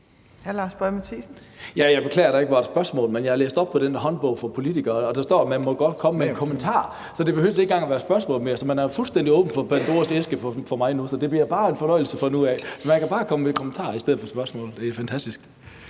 (NB): Ja, jeg beklager, at der ikke var et spørgsmål, men jeg har læst op på »Håndbog i folketingsarbejde«, og der står, at man godt må komme med en kommentar. Det behøver ikke engang at være et spørgsmål. Man har fuldstændig åbnet Pandoras æske for mig. Det bliver bare en fornøjelse fra nu af. Man kan bare komme med kommentarer i stedet for spørgsmål. Det er fantastisk.